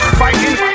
fighting